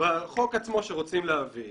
בחוק עצמו שרוצים להעביר